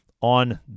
on